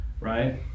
right